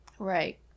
Right